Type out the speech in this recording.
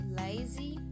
lazy